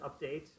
update